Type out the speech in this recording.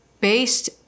based